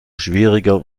schwieriger